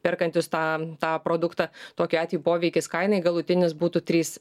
perkantis tą tą produktą tokiu atveju poveikis kainai galutinis būtų trys